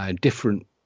different